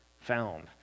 found